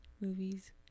movies